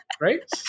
right